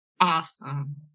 Awesome